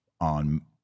on